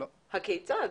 כיצד?